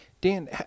Dan